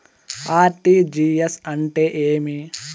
RTGS అంటే ఏమి?